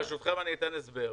ברשותכם, אתן הסבר.